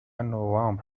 نوامبر